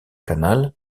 canal